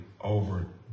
over